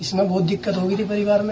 इससे बहुत दिक्कत हो रही थी परिवार में